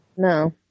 No